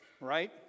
right